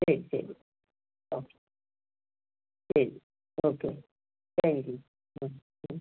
ശരി ശരി ഓക്കെ ശരി ഓക്കേ ശരി ആ